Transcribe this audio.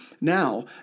Now